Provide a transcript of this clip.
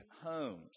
homes